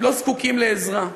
הם לא זקוקים לעזרה.